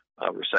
recession